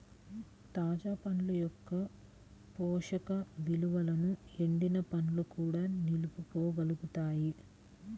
తాజా పండ్ల యొక్క పోషక విలువలను ఎండిన పండ్లు కూడా నిలుపుకోగలుగుతాయి